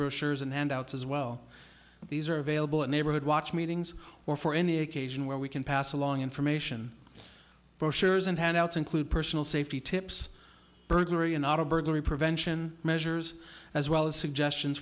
brochures and handouts as well these are available at neighborhood watch meetings or for any occasion where we can pass along information pushers and handouts include personal safety tips burglary and auto burglary prevention measures as well as suggestions